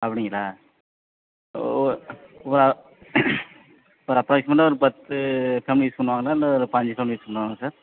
அப்படிங்களா ஓ ஒ ஒரு அப்ராக்ஸிமேட்டாக ஒரு பத்து ஃபேம்லி யூஸ் பண்ணுவாங்களா இல்லை ஓரு பாஞ்சு ஃபேம்லி யூஸ் பண்ணுவாங்களா சார்